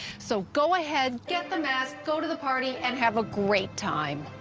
so go ahead, get the mask, go to the party, and have a great time!